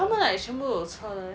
but 他们 like 全部都有车的 leh